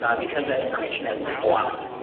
because that information has been blocked.